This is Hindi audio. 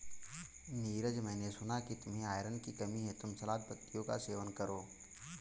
नीरज मैंने सुना कि तुम्हें आयरन की कमी है तुम सलाद पत्तियों का सेवन करो